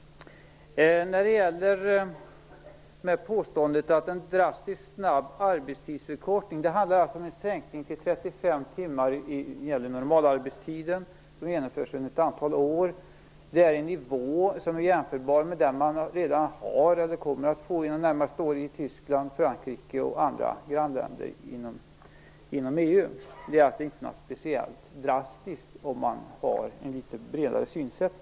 Så har vi påståendet att vi föreslår en drastisk, snabb arbetstidsförkortning. Det handlar alltså om en sänkning av normalarbetstiden till 35 timmar som genomförs under ett antal år. Nivån är jämförbar med den man redan har eller kommer att få under de närmaste åren i Tyskland, Frankrike och andra grannländer inom EU. Det är alltså inte speciellt drastiskt, utifrån ett bredare synsätt.